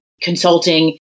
consulting